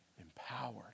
empowered